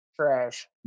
Trash